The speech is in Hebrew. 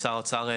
שר האוצר.